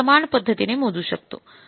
तर आपण हे समान पद्धतीने मोजू शकतो